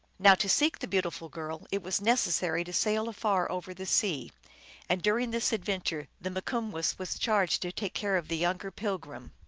now to seek the beautiful girl it was necessary to sail afar over the sea and during this adventure the mikumwess was charged to take care of the younger pilgrim.